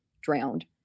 drowned